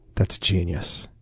that's genius.